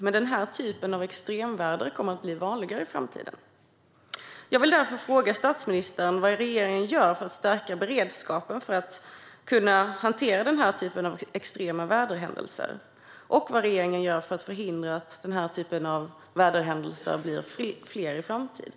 Men den här typen av extremväder kommer att bli vanligare i framtiden. Jag vill därför fråga statsministern vad regeringen gör för att stärka beredskapen för att kunna hantera den här typen av extrema väderhändelser och vad regeringen gör för att förhindra att den typen av väderhändelser blir fler i framtiden.